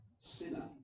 sinner